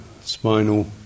spinal